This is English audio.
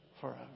forever